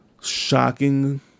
shocking